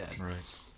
Right